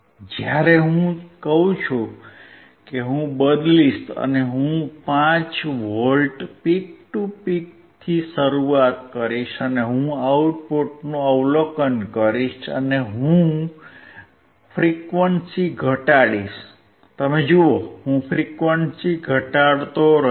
જ્યારે હું કહું છું કે હું બદલીશ અને હું 5V પીક ટુ પીકથી શરૂ કરીશ અને હું આઉટપુટનું અવલોકન કરીશ અને હું ફ્રીક્વંસી ઘટાડીશ તમે જુઓ હું ફ્રીક્વંસી ઘટાડતો રહીશ